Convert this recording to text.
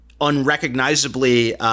unrecognizably